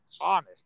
honest